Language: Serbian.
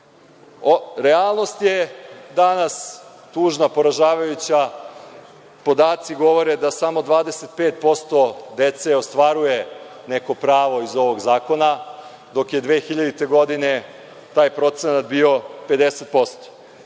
promeni. Realnost je danas tužna, poražavajuća. Podaci govore da samo 25% dece ostvaruje neko pravo iz ovog zakona, dok je 2000. godine taj procenat bio 50%.